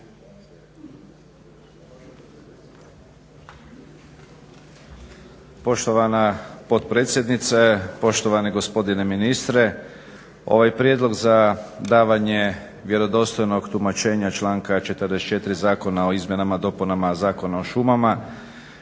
Poštovana potpredsjednice, poštovani gospodine ministre ovaj prijedlog za davanje vjerodostojnog tumačenja članka 44. Zakona o izmjenama i dopunama Zakona o šumama